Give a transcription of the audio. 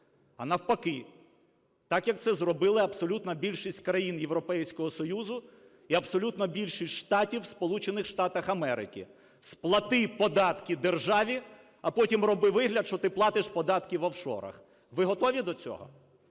а навпаки, так, як це зробила абсолютна більшість країн Європейського Союзу і абсолютна більшість штатів в Сполучених Штатах Америки. Сплати податки державі, а потім роби вигляд, що ти платиш податки в офшорах. Ви готові до цього?